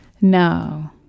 No